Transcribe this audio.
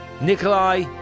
Nikolai